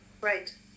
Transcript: Right